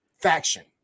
faction